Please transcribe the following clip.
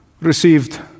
received